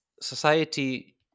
society